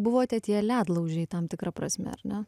buvote tie ledlaužiai tam tikra prasme ar ne